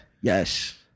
Yes